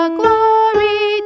glory